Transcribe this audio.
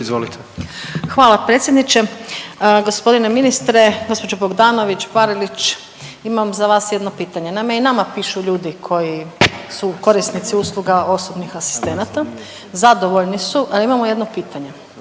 (HDZ)** Hvala predsjedniče. Gospodine ministre, gđo. Bogdanović Parilić, imam za vas jedno pitanje, naime i nama pišu ljudi koji su korisnici usluga osobnih asistenata, zadovoljni su, a imamo jedno pitanje,